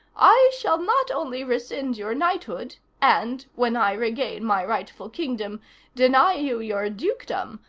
i shall not only rescind your knighthood and when i regain my rightful kingdom deny you your dukedom,